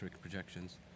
projections